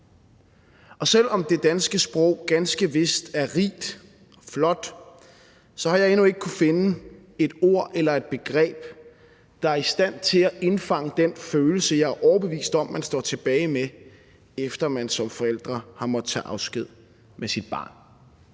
Og selv om det danske sprog ganske vist er rigt og flot, har jeg endnu ikke kunnet finde et ord eller et begreb, der er i stand til at indfange den følelse, som jeg er overbevist om man står tilbage med, efter at man som forældre har måttet tage afsked med sit barn,